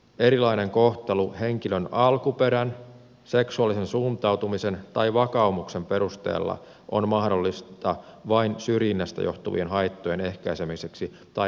erilainen kohtelu henkilön alkuperän seksuaalisen suuntautumisen tai vakaumuksen perusteella on mahdollista vain syrjinnästä johtuvien haittojen ehkäisemiseksi tai poistamiseksi